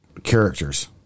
characters